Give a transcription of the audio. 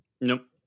Nope